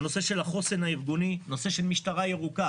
הנושא של החוסן הארגוני, נושא של משטרה ירוקה.